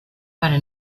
para